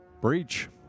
Breach